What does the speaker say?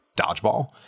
dodgeball